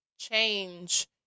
change